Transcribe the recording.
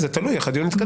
זה תלוי איך הדיון יתקדם.